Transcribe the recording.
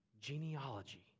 genealogy